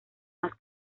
más